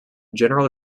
general